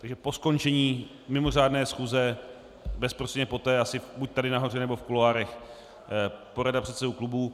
Takže po skončení mimořádné schůze bezprostředně poté buď tady nahoře, nebo v kuloárech porada předsedů klubů.